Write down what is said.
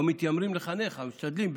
לא מתיימרים לחנך אבל משתדלים,